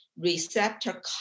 receptor